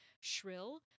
shrill